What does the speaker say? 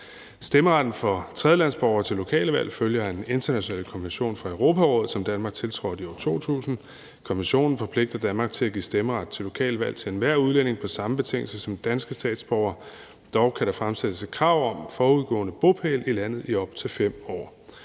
Stemmeretten for tredjelandsborgere til lokale valg følger en international konvention fra Europarådet, som Danmark tiltrådte i år 2000. Konventionen forpligter Danmark til at give stemmeret til lokalvalg til enhver udlænding på samme betingelser som danske statsborgere. Dog kan der fremsættes et krav om forudgående bopæl i landet i op til 5 år.